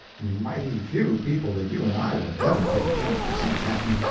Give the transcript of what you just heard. mighty few people that you and i will ever get a chance to see, captain.